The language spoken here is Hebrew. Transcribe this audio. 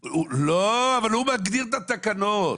לא, אבל הוא מגדיר את התקנות.